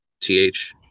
TH